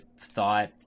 thought